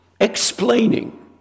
explaining